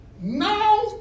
now